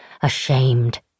ashamed